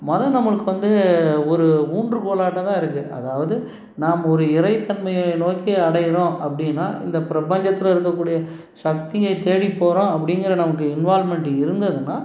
மதம் நம்மளுக்கு வந்து ஒரு ஊன்றுகோலாகட்டம் தான் இருக்குது அதாவது நாம் ஒரு இறைத்தன்மையை நோக்கி அடைகிறோம் அப்படின்னா இந்த பிரபஞ்சத்தில் இருக்கக்கூடிய சக்தியை தேடி போகிறோம் அப்படிங்கிற நமக்கு இன்வால்வ்மெண்ட் இருந்ததுனா